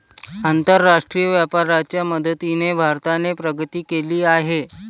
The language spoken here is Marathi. आंतरराष्ट्रीय व्यापाराच्या मदतीने भारताने प्रगती केली आहे